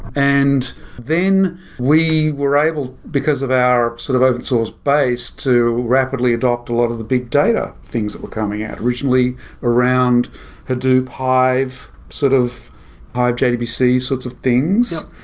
and then we were able, because of our sort of open source base to rapidly adopt to a lot of the big data things that were coming out. originally around hadoop, hive, sort of hive jdbc sorts of things,